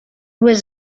was